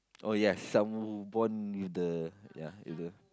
oh yes some born with the ya with the